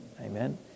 Amen